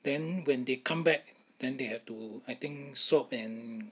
then when they come back then they have to I think swab and